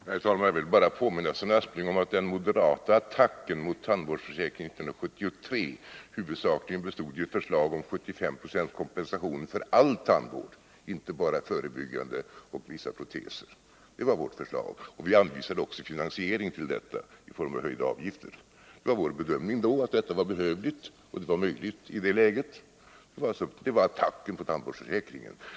Herr talman! Jag vill bara påminna Sven Aspling om att den moderata ”attacken” mot tandvårdsförsäkringen år 1973 huvudsakligen bestod i ett förslag om 75 Jo kompensation för all tandvård, inte bara förebyggande tandvård och vissa proteser. Det var vårt förslag, och vi anvisade också en finansiering i form av höjda avgifter. Det var vår bedömning då att detta var behövligt och att det var möjligt i det läget. — Det var ”attacken” mot tandvårdsförsäkringen.